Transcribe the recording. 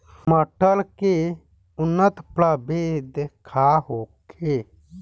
मटर के उन्नत प्रभेद का होखे?